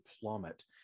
plummet